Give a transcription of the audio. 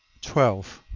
twelve.